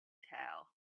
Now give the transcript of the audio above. tail